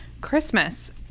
Christmas